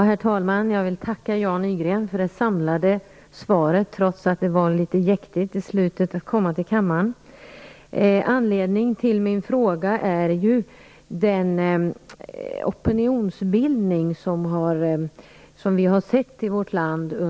Herr talman! Jag vill tacka Jan Nygren för det samlade svaret, trots att det blev litet jäktigt för honom att komma till kammaren. Anledningen till min fråga är den senaste tidens opinionsbildning i vårt land.